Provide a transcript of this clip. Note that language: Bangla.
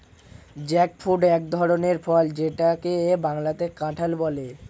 জ্যাকফ্রুট এক ধরনের ফল যেটাকে বাংলাতে কাঁঠাল বলে